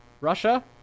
russia